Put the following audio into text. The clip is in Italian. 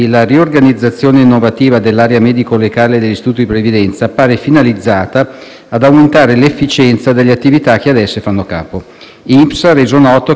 È chiaro che questa logica di adeguamento dell'assetto periferico dell'Istituto non dovrà mai tradursi in un disservizio per il cittadino e, pertanto, dal canto suo, il Ministero del lavoro